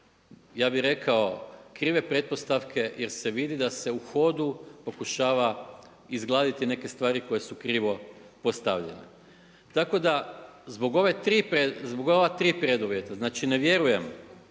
ja bih rekao krive pretpostavke jer se vidi da se u hodu pokušava izgladiti neke stvari koje su krivo postavljene. Tako da zbog ova tri preduvjeta, znači ne vjerujem